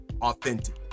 authentic